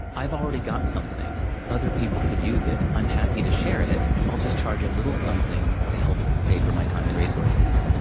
i've already got something, other people could use it, i'm happy to share it. i'll just charge a little something to help pay for my time and resources,